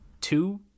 two